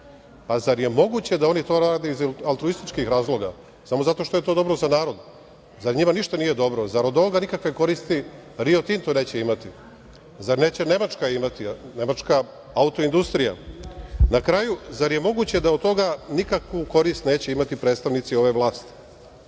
Zar je moguće da oni to rade iz altruističkih razloga, samo zato što je to dobro za narod. Zar njima ništa nije dobro, zarad ove nikakve koristi Rio Tinto neće imati, zar neće Nemačka imati, Nemačka auto industrija. Na kraju zar je moguće da od toga nikakvu korist neće imati predstavnici ove vlasti?